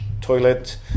toilet